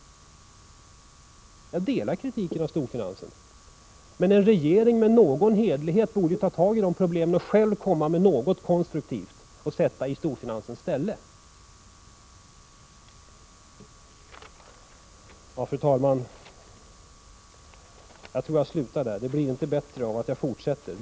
Jag instämmer i kritiken av storfinansen, men en regering med någon hederlighet borde ta tag i problemen och själv komma med något konstruktivt att sätta i storfinansens ställe. Fru talman! Jag skall sluta här — det blir inte bättre om jag fortsätter.